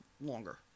longer